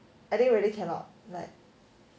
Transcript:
I think really cannot like